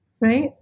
right